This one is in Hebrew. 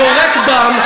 אני יורק דם,